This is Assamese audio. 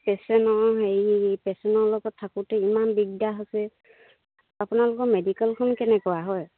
পেচেণ্টৰ হেৰি পেচেণ্টৰ লগত থাকোঁতে ইমান দিগদাৰ হৈছে আপোনালোকৰ মেডিকেলখন কেনেকুৱা হয়